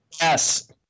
Yes